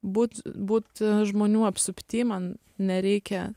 būt būt žmonių apsupty man nereikia